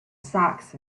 socks